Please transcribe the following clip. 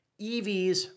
EVs